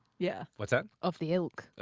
yeah what's that? of the ilk.